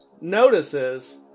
notices